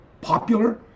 popular